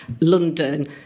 london